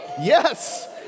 Yes